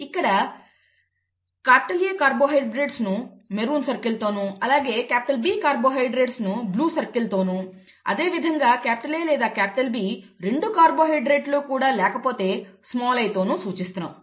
ఇక్కడ A carbohydrates ను maroon circle తోను అలాగే B కార్బోహైడ్రేట్స్ ను బ్లూ సర్కిల్ తోనూ అదేవిధంగా A లేదా B రెండు కార్బోహైడ్రేట్లు కూడా లేకపోతే స్మాల్ i తోనూ సూచిస్తున్నాం